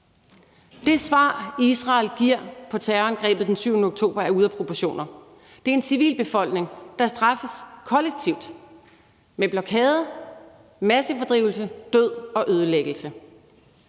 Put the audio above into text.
Det svar, Israel giver på terrorangrebet den 7. oktober, er ude af proportioner. Det er en civilbefolkning, der straffes kollektivt med blokade, massefordrivelse, død og ødelæggelse.